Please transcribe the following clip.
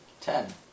Ten